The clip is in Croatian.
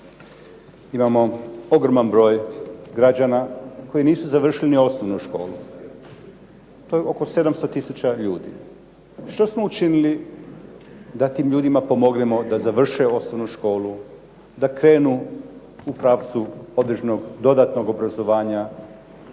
imamo ogroman broj građana koji nisu završili ni osnovnu školu. To je oko 700000 ljudi. Što smo učinili da tim ljudima pomognemo da završe osnovnu školu, da krenu u pravcu određenog dodatnog obrazovanja?